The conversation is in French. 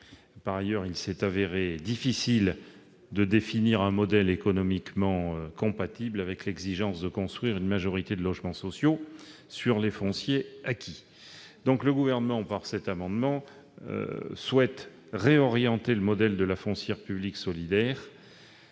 Par ailleurs, il s'est révélé difficile de définir un modèle économiquement compatible avec l'exigence de construire une majorité de logements sociaux sur les fonciers acquis. Au travers de cet amendement, le Gouvernement souhaite réorienter le modèle de la FPS. La Caisse des